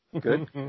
Good